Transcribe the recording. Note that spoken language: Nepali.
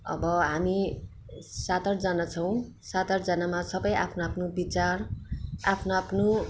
अब हामी सात आठजना छौँ सात आठजनामा सबै आफ्नो आफ्नो विचार आफ्नो आफ्नो